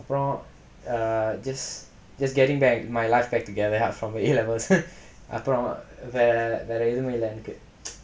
அப்றம்:apram err just just getting back my life back together from A levels அப்றம் வேற வேற எதுவும் இல்ல எனக்கு:apram vera vera ethuvum illa enakku